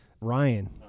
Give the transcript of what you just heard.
Ryan